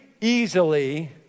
easily